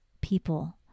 people